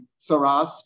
Saras